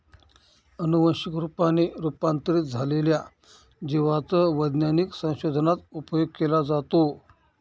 अनुवंशिक रूपाने रूपांतरित झालेल्या जिवांचा वैज्ञानिक संशोधनात उपयोग केला जातो